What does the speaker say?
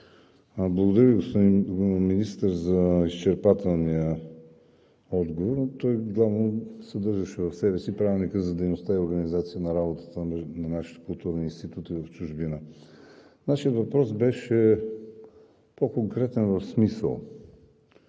Благодаря Ви, господин Министър, за изчерпателния отговор, но той буквално съдържаше в себе си Правилника за дейността и организацията на работата на нашите културни институти в чужбина. Нашият въпрос беше по-конкретен в смисъл.